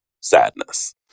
sadness